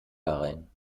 herein